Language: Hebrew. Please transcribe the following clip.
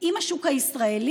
עם השוק הישראלי,